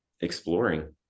exploring